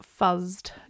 fuzzed